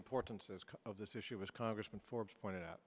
importance of this issue was congressman forbes pointed out